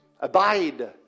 Abide